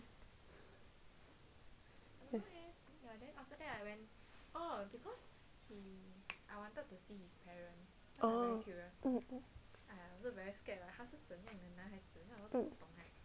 oh mm